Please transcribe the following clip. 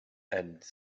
and